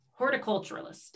Horticulturalist